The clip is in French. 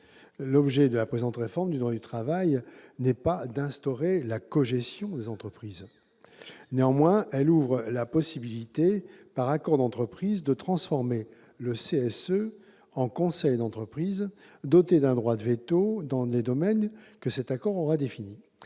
L'objet de cette réforme du droit du travail n'est pas d'instaurer la cogestion des entreprises. Néanmoins, elle ouvre la possibilité, par accord d'entreprise, de transformer le CSE en conseil d'entreprise doté d'un droit de veto dans les domaines que cet accord aura définis.